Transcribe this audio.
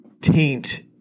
taint –